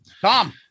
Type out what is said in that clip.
Tom